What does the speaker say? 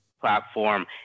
platform